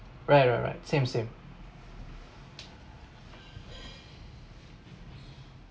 right right right same same